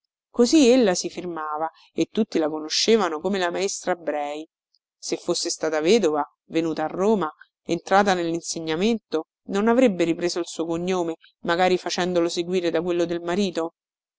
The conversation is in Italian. brei così ella si firmava e tutti la conoscevano come la maestra brei se fosse stata vedova venuta a roma entrata nellinsegnamento non avrebbe ripreso il suo cognome magari facendolo seguire da quello del marito